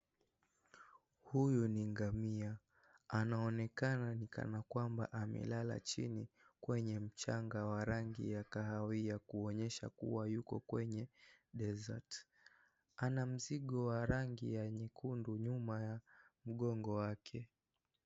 Huyu ni ngamia, Anaonekana ni kana kwamba amelala chini kwenye mchanga wa rangi ya kahawia kuonyesha kuwa yuko kwenye(CS) desert(CS) ana mzigio wa rangi nyekundu nyuma ya mgongo wake.